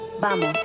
Vamos